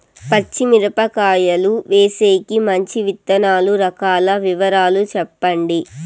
పచ్చి మిరపకాయలు వేసేకి మంచి విత్తనాలు రకాల వివరాలు చెప్పండి?